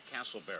Castleberry